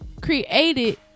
created